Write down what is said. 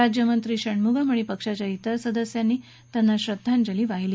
राज्यमंत्री षण्मुगम आणि पक्षाच्या तिर सदस्यांनी त्यांना श्रद्दांजली वाहिली